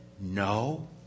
no